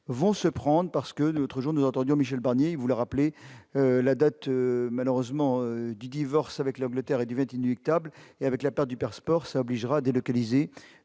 vont se prendre parce que autre jour nous entendions Michel Barnier vous le rappeler la date malheureusement du divorce avec le Blatter et devait inéluctable et avec la part du père sport ça obligera à délocaliser